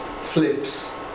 flips